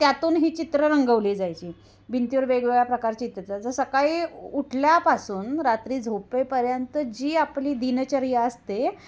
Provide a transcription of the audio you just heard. त्यातून ही चित्र रंगवली जायची भिंतीवर वेगवेगळ्या प्रकारची चित्रं जर सकाळी उठल्यापासून रात्री झोपेपर्यंत जी आपली दिनचर्या असते